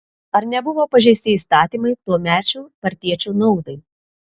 ar nebuvo pažeisti įstatymai tuomečių partiečių naudai